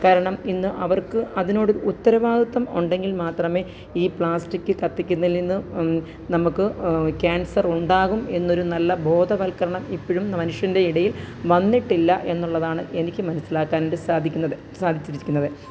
കാരണം ഇന്ന് അവര്ക്ക് അതിനോട് ഉത്തരവാദിത്തം ഉണ്ടെങ്കില് മാത്രമേ ഈ പ്ലാസ്റ്റിക് കത്തിക്കുന്നതില് നിന്ന് നമുക്ക് ക്യാന്സര് ഉണ്ടാകും എന്നൊരു നല്ല ബോധവല്ക്കരണം ഇപ്പോഴും മനുഷ്യന്റെ ഇടയില് വന്നിട്ടില്ല എന്നുള്ളതാണ് എനിക്ക് മനസ്സിലാക്കാനിട്ടു സാധിക്കുന്നത് സാധിച്ചിരിക്കുന്നത്